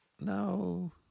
No